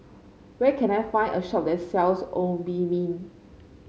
where can I find a shop that sells Obimin